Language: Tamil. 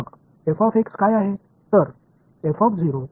நான் எங்கு வேண்டுமானாலும் தோற்றத்தை வைக்க முடியும்